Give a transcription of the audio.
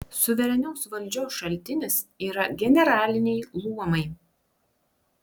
suverenios valdžios šaltinis yra generaliniai luomai